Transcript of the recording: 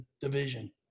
division